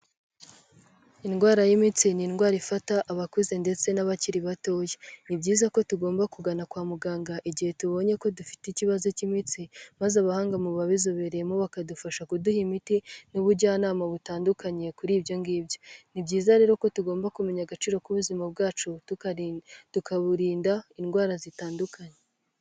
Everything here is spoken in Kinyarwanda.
Indwara y'iminsi ni indwara ifata abakuze ndetse n'abakiri batoya. Ni byiza ko tugomba kugana kwa muganga igihe tubonye ko dufite ikibazo cy'imitsi maze abahanga mu babizobereyemo bakadufasha kuduha imiti n'ubujyanama butandukanye kuri ibyo ngibyo. Ni byiza rero ko tugomba kumenya agaciro k'ubuzima bwacu tukarinda tukaburinda indwara zitandukanye.